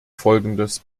folgendes